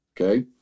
okay